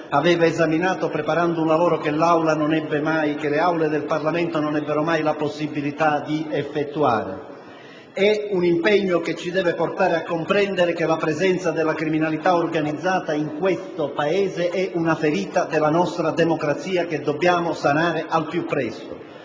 aveva esaminato, preparando un lavoro che le Aule del Parlamento non ebbero mai la possibilità di portare a compimento. È un impegno che ci deve portare a comprendere che la presenza della criminalità organizzata in questo Paese è una ferita della nostra democrazia da sanare al più presto.